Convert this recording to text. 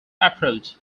approach